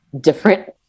different